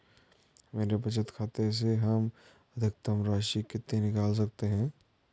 मेरे बचत खाते से हम अधिकतम राशि कितनी निकाल सकते हैं?